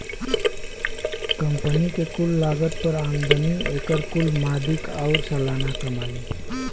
company के कुल लागत पर आमदनी, एकर कुल मदिक आउर सालाना कमाई